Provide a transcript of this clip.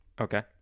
Okay